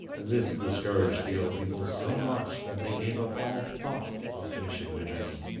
this discouraged the old people so much that they gave up all thought of finishing the journey,